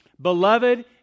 Beloved